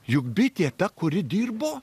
juk bitė ta kuri dirbo